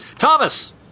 Thomas